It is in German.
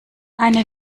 eine